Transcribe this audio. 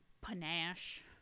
panache